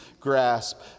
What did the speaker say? grasp